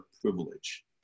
privilege